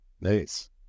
Nice